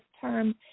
term